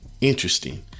interesting